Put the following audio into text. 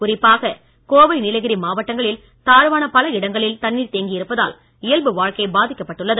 குறிப்பாக கோவை நீலகிரி மாவட்டங்களில் தாழ்வான பல இடங்களில் தண்ணீர் தேங்கியிருப்பதால் இயல்பு வாழ்க்கை பாதிக்கப்பட்டு உள்ளது